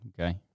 okay